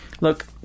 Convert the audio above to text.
look